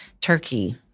turkey